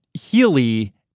Healy